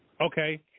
Okay